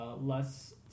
less